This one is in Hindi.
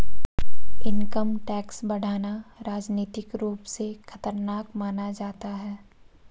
इनकम टैक्स बढ़ाना राजनीतिक रूप से खतरनाक माना जाता है